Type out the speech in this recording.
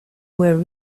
were